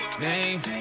name